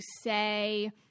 say